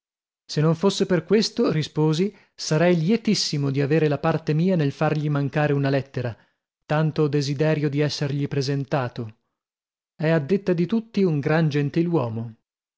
se non fosse per questo risposi sarei lietissimo di avere la parte mia nel fargli mancare una lettera tanto ho desiderio di essergli presentato è a detta di tutti un gran gentiluomo